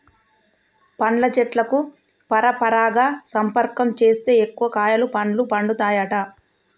పండ్ల చెట్లకు పరపరాగ సంపర్కం చేస్తే ఎక్కువ కాయలు పండ్లు పండుతాయట